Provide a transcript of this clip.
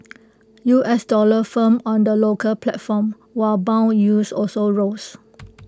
U S dollar firmed on the local platform while Bond yields also rose